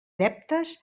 adeptes